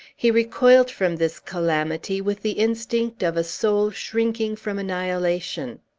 he recoiled from this calamity with the instinct of a soul shrinking from annihilation.